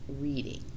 reading